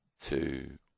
two